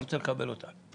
אני רוצה לקבל עליהן תשובות.